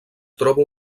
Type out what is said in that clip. troba